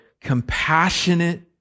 compassionate